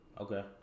Okay